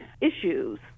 issues